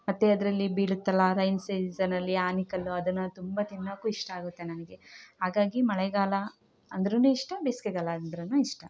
ಮತ್ತು ಅದರಲ್ಲಿ ಬೀಳುತ್ತಲ್ಲ ರೈನ್ ಸೀಸನಲ್ಲಿ ಆಲಿಕಲ್ಲು ಅದನ್ನು ತುಂಬ ತಿನ್ನೋಕ್ಕೂ ಇಷ್ಟ ಆಗುತ್ತೆ ನನಗೆ ಹಾಗಾಗಿ ಮಳೆಗಾಲ ಅಂದರೂನು ಇಷ್ಟ ಬೇಸಿಗೆಗಾಲ ಅಂದರೂನು ಇಷ್ಟ